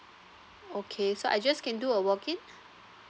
okay so I just can do a walk in